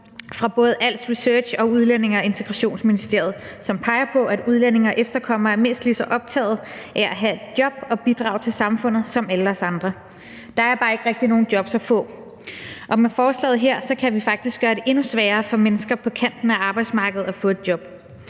fra både Als Research og Udlændinge- og Integrationsministeriet, og de peger på, at udlændinge og efterkommere er mindst lige så optaget af at have et job og bidrage til samfundet som alle os andre. Der er bare ikke rigtig nogen jobs at få. Med forslaget her kan vi faktisk gøre det endnu sværere for mennesker på kanten af arbejdsmarkedet at få et job,